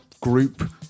group